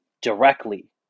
directly